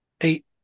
eight